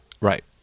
Right